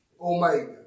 Omega